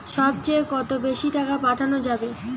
সব চেয়ে কত বেশি টাকা পাঠানো যাবে?